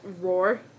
roar